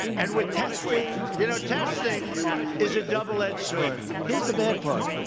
and with testing, you know, testing is a double edged sword. here's the bad part.